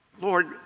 Lord